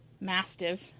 Mastiff